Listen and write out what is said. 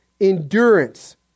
endurance